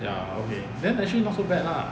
ya okay then actually not so bad lah